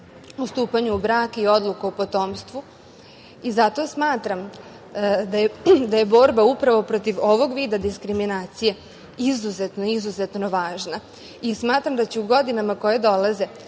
stupanju u brak i odluku o potomstvu. Zato smatram da je borba upravo protiv ovog vida diskriminacije izuzetno, izuzetno važna. Smatram da će u godinama koje dolaze